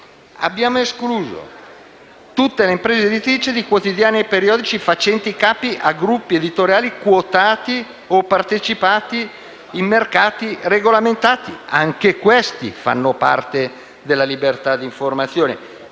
Abbiamo escluso tutte le imprese editrici di quotidiani e periodici facenti capo a gruppi editoriali quotati o partecipati in mercati regolamentati e anche questi rientrano della libertà dell'informazione.